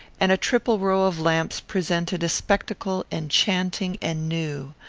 and a triple row of lamps presented a spectacle enchanting and new.